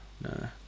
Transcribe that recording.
no